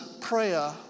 prayer